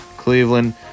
Cleveland